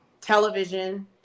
television